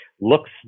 looks